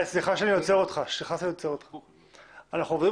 אנחנו עובדים